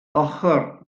ochr